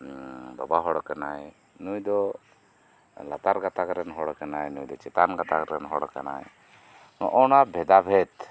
ᱵᱟᱵᱟ ᱦᱚᱲ ᱠᱟᱱᱟᱭ ᱱᱩᱭ ᱫᱚ ᱱᱩᱭ ᱫᱚ ᱞᱟᱛᱟᱨ ᱜᱟᱛᱟᱠ ᱨᱮᱱ ᱦᱚᱲ ᱠᱟᱱᱟᱭᱟ ᱱᱩᱭ ᱫᱚ ᱪᱮᱛᱟᱱ ᱜᱟᱛᱟᱠ ᱨᱮᱱ ᱦᱚᱲ ᱠᱟᱱᱟᱭ ᱱᱚᱜᱱᱟ ᱵᱷᱮᱫᱟ ᱵᱷᱮᱫ